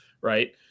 right